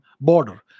border